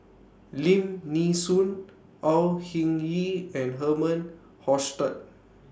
Lim Nee Soon Au Hing Yee and Herman Hochstadt